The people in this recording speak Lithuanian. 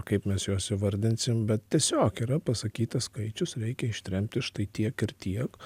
kaip mes juos įvardinsim bet tiesiog yra pasakytas skaičius reikia ištremti štai tiek ir tiek